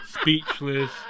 speechless